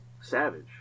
Savage